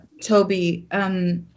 Toby